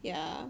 yeah